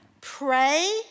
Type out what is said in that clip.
pray